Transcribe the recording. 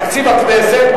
תקציב הכנסת,